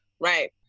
Right